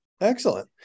Excellent